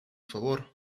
favor